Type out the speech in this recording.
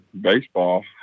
baseball